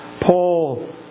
Paul